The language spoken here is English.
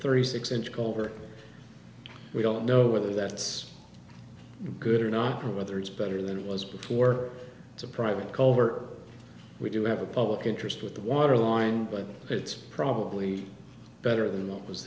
thirty six inch culvert we don't know whether that's good or not or whether it's better than it was before it's a private call work we do have a public interest with the water line but it's probably better than what was